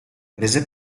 prese